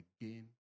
again